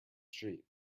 street